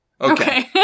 Okay